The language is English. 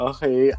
Okay